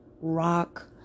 rock